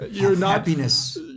Happiness